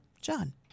John